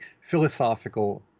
philosophical